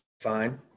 fine